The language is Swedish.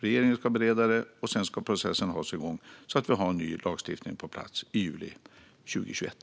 Regeringen ska bereda det, och sedan ska processen ha sin gång så att vi har en ny lagstiftning på plats i juli 2021.